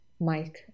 Mike